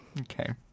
Okay